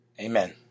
Amen